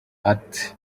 ati